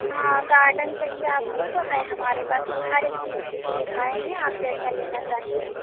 हाँ गार्डन चाहिए आपको तो है हमारे पास हर एक चीज़ की सुविधाएँ हैं आप जैसा लेना चाहेंगी